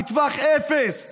מטווח אפס,